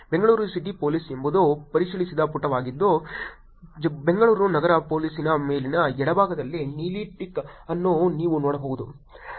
Bengaluru city police ಎಂಬುದು ಪರಿಶೀಲಿಸಿದ ಪುಟವಾಗಿದ್ದು ಬೆಂಗಳೂರು ನಗರ ಪೊಲೀಸ್ನ ಮೇಲಿನ ಎಡಭಾಗದಲ್ಲಿ ನೀಲಿ ಟಿಕ್ ಅನ್ನು ನೀವು ನೋಡಬಹುದು